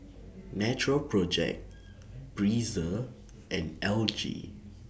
Natural Project Breezer and L G